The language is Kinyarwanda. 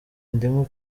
indimu